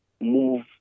move